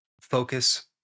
focus